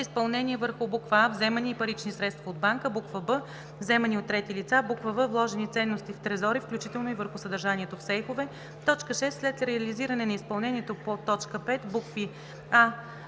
изпълнение върху: а) вземания и парични средства от банки; б) вземания от трети лица; в) вложени ценности в трезори, включително и върху съдържанието в сейфове. 6. след реализиране на изпълнението по т. 5, букви